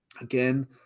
again